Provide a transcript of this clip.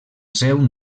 seu